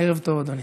ערב טוב, אדוני.